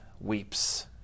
weeps